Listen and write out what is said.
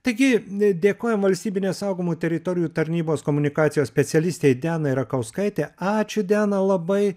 taigi n dėkojam valstybinės saugomų teritorijų tarnybos komunikacijos specialistei dianai rakauskaitei ačiū diana labai